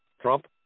trump